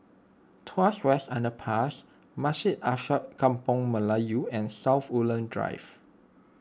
Tuas West Underpass Masjid Alkaff Kampung Melayu and South Woodlands Drive